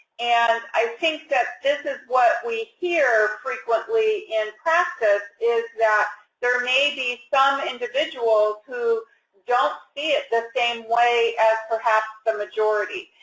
and i think that this is what we hear frequently in classes is that there may be some individuals who don't see it the same way as perhaps the majority.